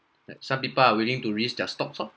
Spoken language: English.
like some people are willing to risk their stocks loh